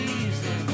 easy